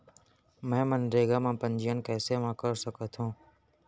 मैं मनरेगा म पंजीयन कैसे म कर सकत हो?